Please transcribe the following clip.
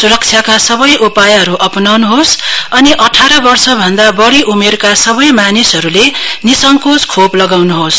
सुरक्षाका सबै उपायहरू अपनाउन्होस् र अठारवर्ष भन्दा बढी उमेरका व्यक्तिहरूले निसंकोच खोप लगाउन्होस्